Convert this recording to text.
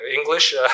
English